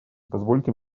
позвольте